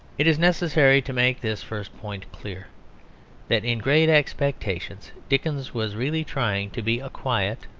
it is necessary to make this first point clear that in great expectations dickens was really trying to be a quiet,